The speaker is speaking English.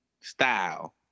style